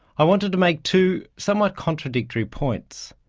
i wanted to make two somewhat contradictory points.